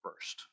first